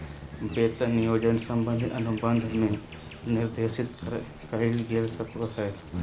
वेतन नियोजन संबंधी अनुबंध में निर्देशित कइल गेल हो सको हइ